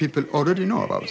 people ordered to know about